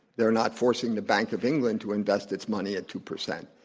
they're not forcing the bank of england to invest its money at two percent.